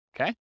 Okay